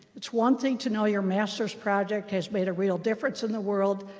it's one thing to know your master's project has made a real difference in the world.